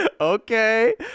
okay